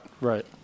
Right